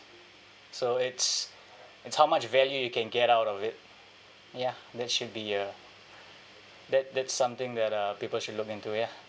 so it's it's how much value you can get out of it ya that should be uh that that something that uh people should look into ya